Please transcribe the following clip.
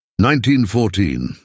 1914